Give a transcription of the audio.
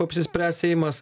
apsispręs seimas